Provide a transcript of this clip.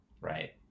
right